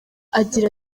agira